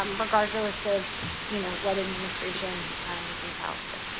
um regardless of you know what administration is in power. so